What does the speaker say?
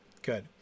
Good